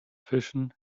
fischen